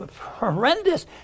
Horrendous